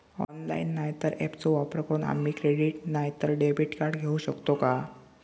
Online नाय तर ऍपचो वापर करून आम्ही क्रेडिट नाय तर डेबिट कार्ड घेऊ शकतो का?